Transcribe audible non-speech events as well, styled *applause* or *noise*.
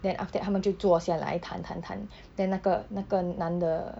then after that 他们就坐下来谈谈谈 *breath* then 那个那个男的